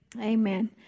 Amen